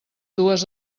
dues